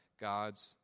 God's